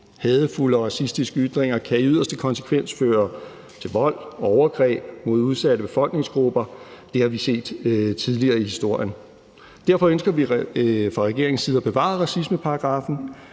Hadefulde og racistiske ytringer kan i yderste konsekvens føre til vold og overgreb mod udsatte befolkningsgrupper. Det har vi set tidligere i historien. Derfor ønsker vi fra regeringens side at bevare racismeparagraffen.